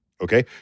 Okay